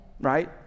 right